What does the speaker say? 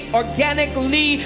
organically